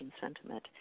sentiment